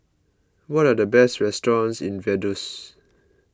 what are the best restaurants in Vaduz